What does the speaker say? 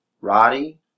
Roddy